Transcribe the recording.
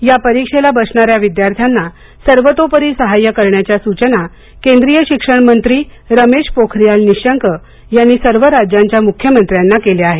या परीक्षेला बसणाऱ्या विद्यार्थ्यांना सर्वतोपरी सहाय्य करण्याच्या सूचना केंद्रीय शिक्षण मंत्री रमेश पोखारीयाल निशंक यांनी सर्व राज्यांच्या मुख्यमंत्र्यांना केल्या आहेत